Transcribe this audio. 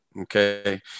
okay